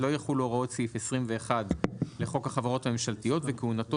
לא יחולו הוראות סעיף 21 לחוק החברות הממשלתיות וכהונתו